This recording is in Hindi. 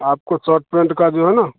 आपको शर्ट पैन्ट का जो है ना